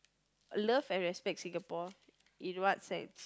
love and respect Singapore in what sense